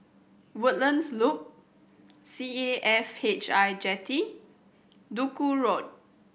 Woodlands Loop C A F H I Jetty Duku Road